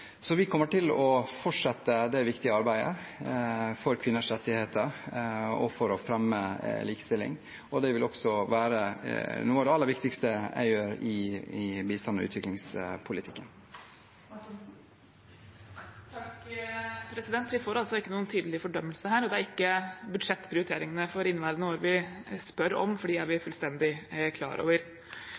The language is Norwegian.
Vi kommer til å fortsette det viktige arbeidet for kvinners rettigheter og for å fremme likestilling, og det vil også være noe av det aller viktigste jeg gjør i bistands- og utviklingspolitikken. Marianne Marthinsen – til oppfølgingsspørsmål. Vi får altså ikke noen tydelig fordømmelse her. Det er ikke budsjettprioriteringene for inneværende år vi spør om, for dem er vi fullstendig klar over.